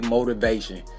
Motivation